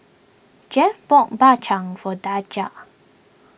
Jeff bought Bak Chang for Daija